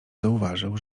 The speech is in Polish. zauważył